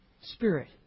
Spirit